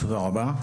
תודה רבה,